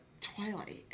Twilight